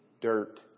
dirt